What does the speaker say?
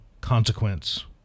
consequence